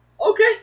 okay